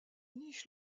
nichent